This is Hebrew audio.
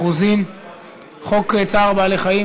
חברת הכנסת רוזין